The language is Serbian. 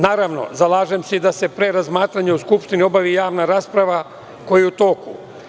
Naravno, zalažem se da se pre razmatranja u Skupštini obavi javna rasprava, koja je u toku.